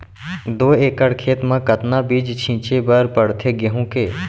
दो एकड़ खेत म कतना बीज छिंचे बर पड़थे गेहूँ के?